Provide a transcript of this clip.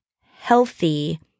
healthy